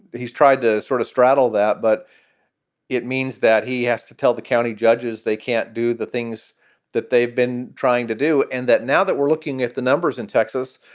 he's tried to sort of straddle that. but it means that he has to tell the county judges they can't do the things that they've been trying to do and that now that we're looking at the numbers in texas,